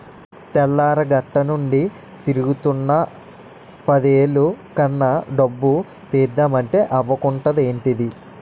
తెల్లారగట్టనుండి తిరుగుతున్నా పదేలు కన్నా డబ్బు తీద్దమంటే అవకుంటదేంటిదీ?